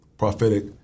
prophetic